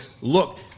Look